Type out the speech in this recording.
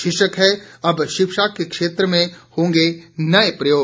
शीर्षक है अब शिक्षा के क्षेत्र में होंगे नए प्रयोग